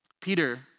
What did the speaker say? Peter